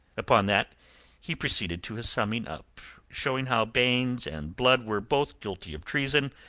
upon that he proceeded to his summing-up, showing how baynes and blood were both guilty of treason,